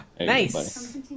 Nice